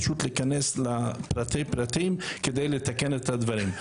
פשוט להיכנס לפרטי פרטים כדי לתקן את הדברים.